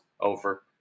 Over